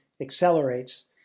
accelerates